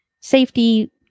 safety